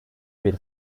bir